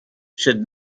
should